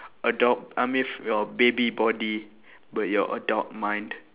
adult I mean your baby body but your adult mind